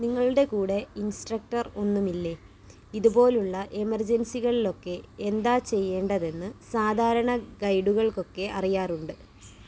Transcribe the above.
നിങ്ങളുടെ കൂടെ ഇൻസ്ട്രക്ടർ ഒന്നുമില്ലേ ഇതുപോലുള്ള എമെർജൻസികളിലൊക്കെ എന്താ ചെയ്യേണ്ടതെന്ന് സാധാരണ ഗൈഡുകൾക്കൊക്കെ അറിയാറുണ്ട്